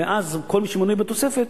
ואז כל מי שמנוי בתוספת